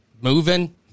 moving